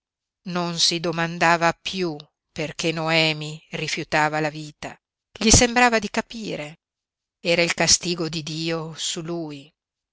non si domandava piú perché noemi rifiutava la vita gli sembrava di capire era il castigo di dio su lui